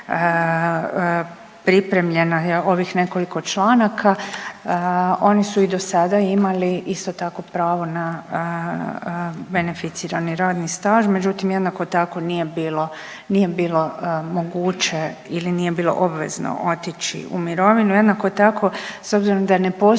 pripremljeno je ovih nekoliko članaka. Oni su i dosada imali isto tako pravo na beneficirani radni staž, međutim jednako tako nije bilo, nije bilo moguće ili nije bilo obvezno otići u mirovinu. Jednako tako s obzirom da ne postoji